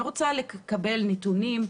אני רוצה לקבל נתונים.